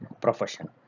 profession